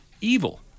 evil